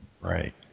Right